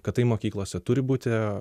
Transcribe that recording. kad tai mokyklose turi būti